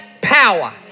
power